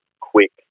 quick